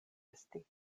esti